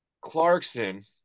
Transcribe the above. Clarkson